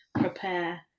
prepare